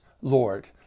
Lord